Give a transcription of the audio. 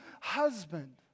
husband